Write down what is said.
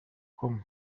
com